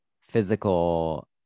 physical